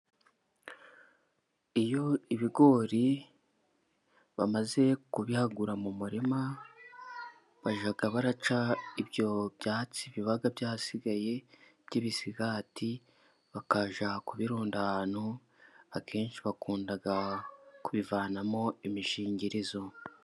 Iyo ibigori bamaze kubihagura mu murima bajya baraca ibyo byatsi biba byasigaye by'ibisigati bakajya ku birunda ahantu, akenshi bakunda kubivanamo imishingirizo.